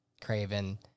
Craven